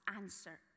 answer